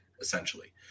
essentially